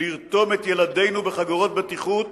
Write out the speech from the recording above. לרתום את ילדינו בחגורות בטיחות